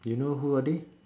you know who are they